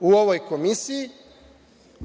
u ovoj Komisiji,